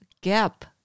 gap